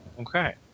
Okay